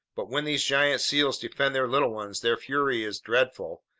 but when these giant seals defend their little ones, their fury is dreadful,